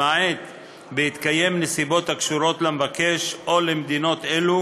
למעט בהתקיים נסיבות הקשורות למבקש או למדינות אלו